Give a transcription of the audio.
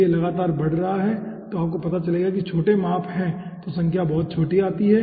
तो ये लगातार बढ़ रहा है तो आपको पता चलेगा कि छोटे माप है तो संख्या बहुत छोटी आती है